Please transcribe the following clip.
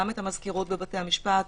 גם את המזכירות בבתי המשפט,